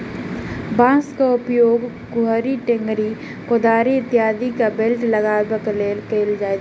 बाँसक उपयोग कुड़हड़ि, टेंगारी, कोदारि इत्यादिक बेंट लगयबाक लेल कयल जाइत अछि